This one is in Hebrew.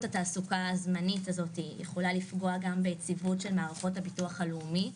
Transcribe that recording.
התעסוקה הזמנית הזאת יכולה לפגוע גם ביציבות של מערכות הביטוח הלאומי,